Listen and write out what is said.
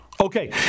Okay